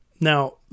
Now